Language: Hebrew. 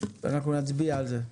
אנחנו נצביע על זה,